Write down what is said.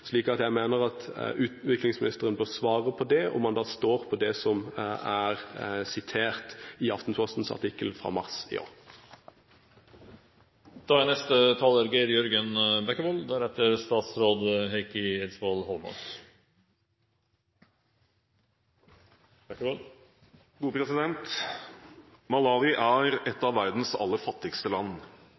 Jeg mener utviklingsministeren bør svare på det, om han står på det som er sitert i Aftenpostens artikkel fra mars i år. Malawi er et av verdens aller fattigste land. Det er et land som fortsatt er helt avhengig av